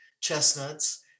chestnuts